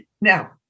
Now